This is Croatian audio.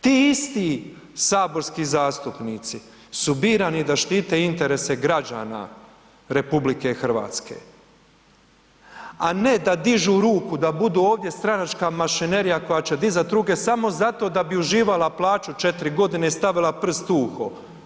Ti isti saborski zastupnici su birani da štite interese građana RH, a ne da dižu ruku da budu ovdje stranačka mašinerija koja će dizati ruke samo zato da bi uživala plaću 4 godine i stavila prst u uho.